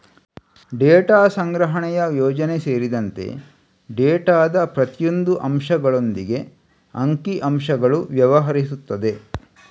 data ಸಂಗ್ರಹಣೆಯ ಯೋಜನೆ ಸೇರಿದಂತೆ ಡೇಟಾದ ಪ್ರತಿಯೊಂದು ಅಂಶಗಳೊಂದಿಗೆ ಅಂಕಿ ಅಂಶಗಳು ವ್ಯವಹರಿಸುತ್ತದೆ